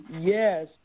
yes